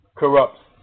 corrupts